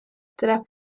tras